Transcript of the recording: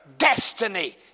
destiny